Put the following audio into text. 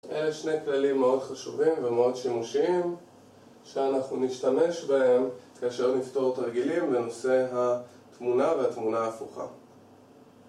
אלה שני כללים מאוד חשובים ומאוד שימושיים, שאנחנו נשתמש בהם כאשר נפתור את תרגילים בנושא התמונה והתמונה ההפוכה